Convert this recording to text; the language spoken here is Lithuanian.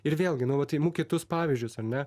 ir vėlgi nuolat imu kitus pavyzdžius ar ne